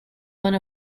one